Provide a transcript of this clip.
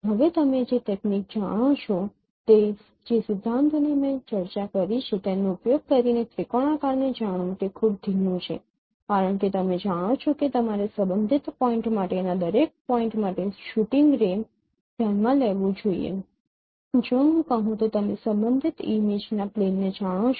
હવે તમે જે તકનીક જાણો છો જે સિદ્ધાંતોની મેં ચર્ચા કરી છે તેનો ઉપયોગ કરીને ત્રિકોણાકારને જાણવું તે ખૂબ ધીમું છે કારણ કે તમે જાણો છો કે તમારે સંબંધિત પોઈન્ટ માટેના દરેક પોઇન્ટ માટે શૂટિંગ રે ધ્યાનમાં લેવું જોઈએ જો હું કહું તો તમે સંબંધિત ઇમેજ ના પ્લેનને જાણો છો